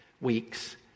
weeks